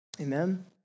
Amen